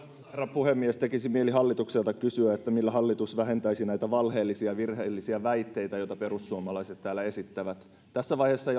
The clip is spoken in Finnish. puhemies tekisi mieli hallitukselta kysyä millä hallitus vähentäisi näitä valheellisia ja virheellisiä väitteitä joita perussuomalaiset täällä esittävät tässä vaiheessa